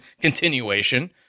continuation